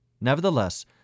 Nevertheless